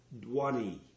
Dwani